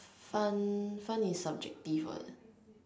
fun fun is subjective what